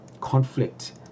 conflict